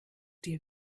dir